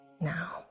now